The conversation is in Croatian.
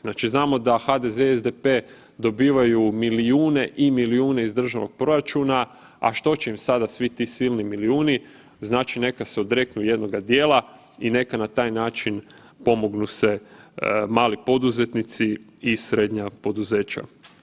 Znači znamo da HDZ i SDP dobivaju milijune i milijune iz državnog proračuna, a što će im sada svi ti silni milijuni, znači neka se odreknu jednoga dijela i neka na taj način pomognu se mali poduzetnici i srednja poduzeća.